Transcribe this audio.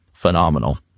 phenomenal